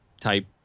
type